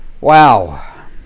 Wow